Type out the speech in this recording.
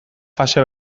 fase